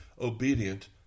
obedient